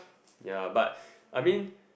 ya but I mean